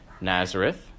Nazareth